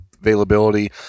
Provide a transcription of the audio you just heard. availability